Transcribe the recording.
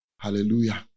Hallelujah